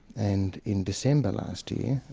and in december last year,